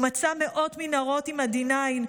הוא מצא מאות מנהרות עם ה-D9,